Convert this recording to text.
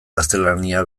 gaztelania